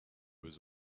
was